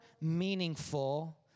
meaningful